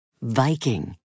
Viking